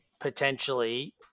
potentially